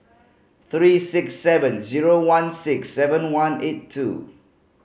three six seven zero one six seven one eight two